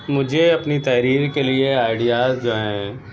مجھے اپنی تحریر کے لیے آئڈیاز جو ہیں